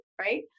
right